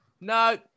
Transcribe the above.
No